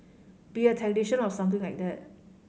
be a technician or something like that